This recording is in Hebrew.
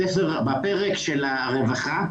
בפרק של הרווחה,